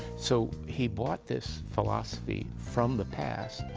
so, he brought this philosophy from the past,